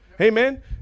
Amen